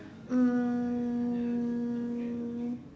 um